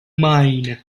mine